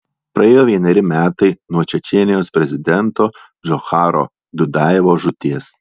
praėjo vieneri metai nuo čečėnijos prezidento džocharo dudajevo žūties